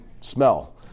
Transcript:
smell